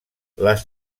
les